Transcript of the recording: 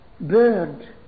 Bird